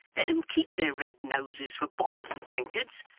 let them keep their red noses for bottles and tankards.